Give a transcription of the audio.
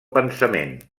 pensament